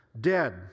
dead